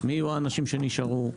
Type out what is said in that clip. מי יהיו האנשים שנשארו,